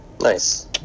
nice